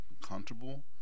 comfortable